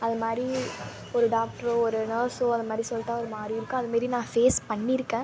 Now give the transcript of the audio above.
அது மாதிரி ஒரு டாக்ட்ரோ ஒரு நேர்ஸோ அது மாதிரி சொல்லிட்டா ஒரு மாதிரி இருக்கும் அதுமாரி நான் ஃபேஸ் பண்ணி இருக்கேன்